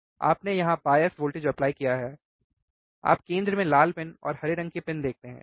आपने यहां bias voltage apply किया है आप केंद्र में लाल पिन और हरे रंग की पिन देखते हैं ठीक